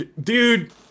dude